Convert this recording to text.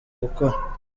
gukora